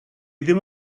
ddim